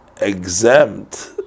exempt